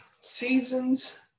Seasons